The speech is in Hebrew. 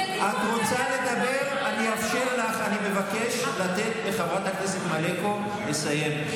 אנא, בואו ניתן לחברת הכנסת מלקו לסיים.